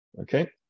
Okay